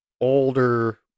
older